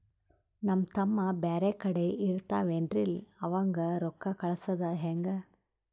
ನಮ್ ತಮ್ಮ ಬ್ಯಾರೆ ಕಡೆ ಇರತಾವೇನ್ರಿ ಅವಂಗ ರೋಕ್ಕ ಕಳಸದ ಹೆಂಗ?